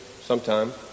Sometime